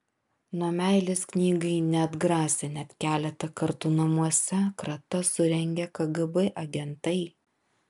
nuo meilės knygai neatgrasė net keletą kartų namuose kratas surengę kgb agentai